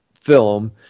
film